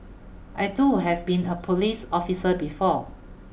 I too have been a police officer before